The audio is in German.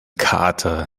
kater